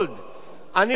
אני רוצה לומר לכם,